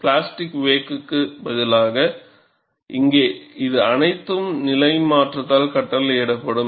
plastic வேக்க்கு பதிலாக இங்கே இது அனைத்தும் நிலை மாற்றத்தால் கட்டளையிடப்படும்